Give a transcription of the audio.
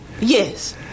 Yes